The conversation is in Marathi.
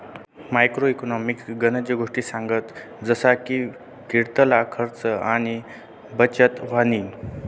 मॅक्रो इकॉनॉमिक्स गनज गोष्टी सांगस जसा की कितला खर्च आणि बचत व्हयनी